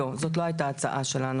לא, זאת לא הייתה ההצעה שלנו.